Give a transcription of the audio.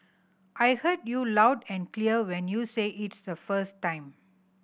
I heard you loud and clear when you said it the first time